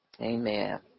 Amen